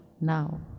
now